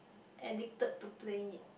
addicted to playing it